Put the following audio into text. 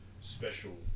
special